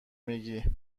میگی